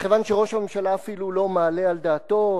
וכיוון שראש הממשלה אפילו לא מעלה על דעתו,